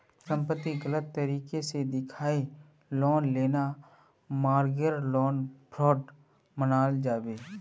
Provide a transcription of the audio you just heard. संपत्तिक गलत तरीके से दखाएँ लोन लेना मर्गागे लोन फ्रॉड मनाल जाबे